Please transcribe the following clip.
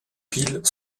piles